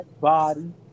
body